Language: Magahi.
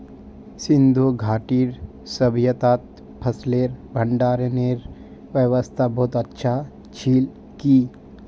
सिंधु घाटीर सभय्तात फसलेर भंडारनेर व्यवस्था बहुत अच्छा छिल की